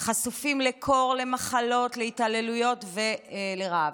כשהם חשופים לקור, למחלות, להתעללויות ולרעב.